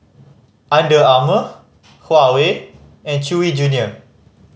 Under Armour Huawei and Chewy Junior